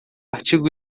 artigo